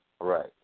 Right